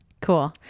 cool